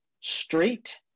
straight